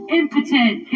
impotent